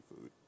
food